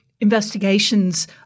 investigations